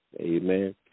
Amen